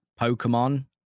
Pokemon